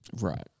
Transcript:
Right